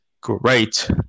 Great